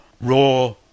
raw